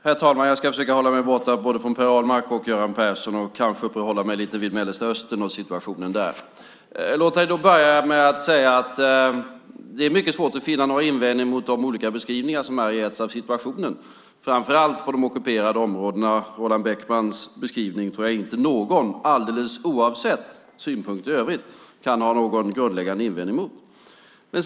Herr talman! Jag ska försöka hålla mig borta från både Per Ahlmark och Göran Persson och i stället uppehålla mig vid situationen i Mellanöstern. Låt mig börja med att säga att det är mycket svårt att finna några invändningar mot de olika beskrivningar som här getts av situationen framför allt på de ockuperade områdena. Jag tror inte att någon, oavsett synpunkter i övrigt, kan ha några grundläggande invändningar mot Roland Bäckmans beskrivning.